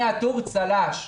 אני עטור צל"ש,